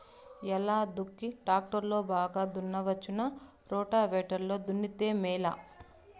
ఎలా దుక్కి టాక్టర్ లో బాగా దున్నవచ్చునా రోటివేటర్ లో దున్నితే మేలా?